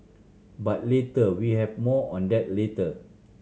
but later we have more on that later